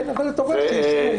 כן, אבל אתה רואה שאישרו.